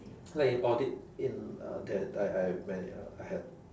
like in audit in uh that I I when I had